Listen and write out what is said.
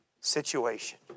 situation